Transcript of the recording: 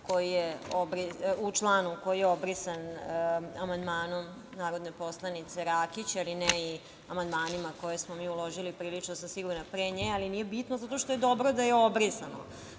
Treba reći šta je pisalo u članu koji je obrisan amandmanom narodne poslanice Rakić, ali ne i amandmanima u koje smo mi uložili, prilično sam sigurna, pre nje, ali nije bitno zato što je dobro da je obrisano.